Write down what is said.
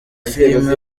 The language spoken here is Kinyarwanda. filime